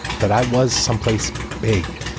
that i was someplace big,